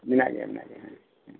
ᱢᱮᱱᱟᱜ ᱜᱮᱭᱟ ᱢᱮᱱᱟᱜ ᱜᱮᱭᱟ ᱦᱮᱸ